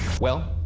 well,